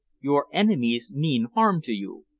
your enemies mean harm to you.